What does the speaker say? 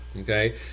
Okay